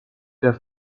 der